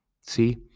See